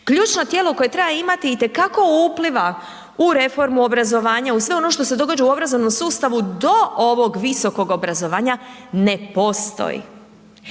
ključno tijelo koje treba imati itekako upliva u reformu obrazovanja, u sve ono što se događa u u obrazovnom sustavu do ovog visokog obrazovanja ne postoji.